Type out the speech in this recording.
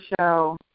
show